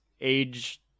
age